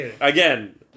again